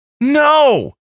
No